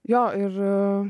jo ir